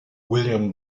william